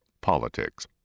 politics